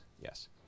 yes